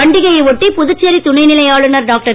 பண்டிகையைஒட்டி புதுச்சேரிதுணைநிலைஆளுனர்டாக்டர்